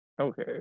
okay